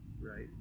right